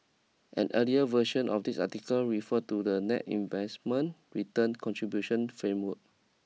an earlier version of this article referred to the net investment return contribution framework